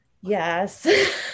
Yes